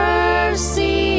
mercy